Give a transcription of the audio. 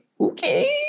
okay